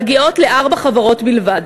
מגיעות לארבע חברות בלבד.